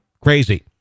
crazy